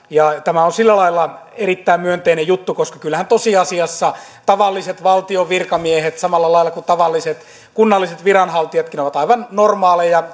tämä on sillä lailla erittäin myönteinen juttu koska kyllähän tosiasiassa tavalliset valtion virkamiehet samalla lailla kuin tavalliset kunnalliset viranhaltijatkin ovat aivan normaaleja